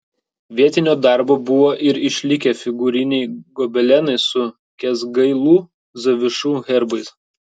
vietinio darbo buvo ir išlikę figūriniai gobelenai su kęsgailų zavišų herbais